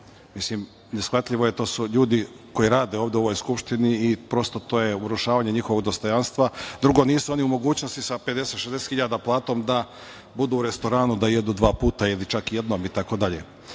ručate. Neshvatljivo je, to su ljudi koji rade u ovoj Skupštini. To je urušavanje njihovog dostojanstva. Drugo, nisu oni u mogućnosti sa 50, 60 hiljada platom da budu u restoranu, da jedu dva puta ili čak jednom itd. Onda